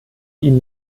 ihn